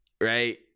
Right